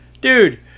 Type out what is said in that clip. Dude